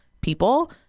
people